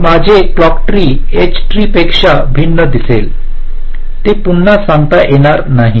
तर माझे clock tree H tree पेक्षा भिन्न दिसेल ते पुन्हा सांगता येणार नाही